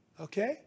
okay